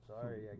sorry